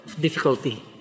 difficulty